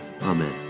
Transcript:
Amen